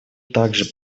также